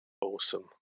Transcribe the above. awesome